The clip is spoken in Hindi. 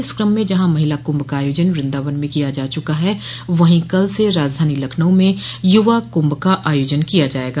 इस क्रम में जहां महिला कुंभ का आयोजन वृंदावन में किया जा चुका है वहीं कल से राजधानी लखनऊ में युवा कुंभ का आयोजन किया जायेगा